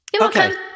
okay